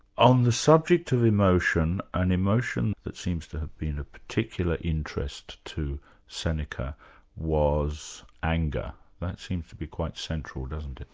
on the subject of emotion, an emotion that seems to have been a particular interest to seneca was anger that seems to be quite central, doesn't it?